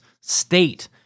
state